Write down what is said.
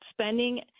spending